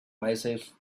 myself